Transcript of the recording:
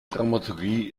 dramaturgie